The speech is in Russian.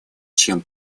чем